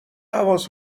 حواس